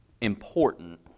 important